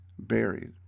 Buried